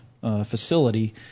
facility